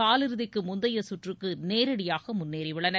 காலிறுதிக்கு முந்தைய சுற்றுக்கு நேரடியாக முன்னேறியுள்ளனர்